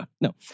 no